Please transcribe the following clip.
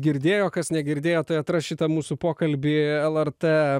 girdėjo kas negirdėjo tai atras šitą mūsų pokalbį lrt